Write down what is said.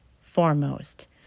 foremost